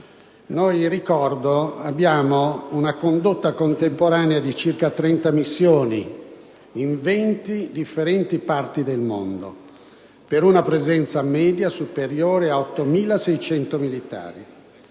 Paesi. Ricordo che abbiamo una condotta contemporanea di circa 30 missioni in 20 differenti parti del mondo, per una presenza media superiore a 8.600 militari: